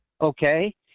okay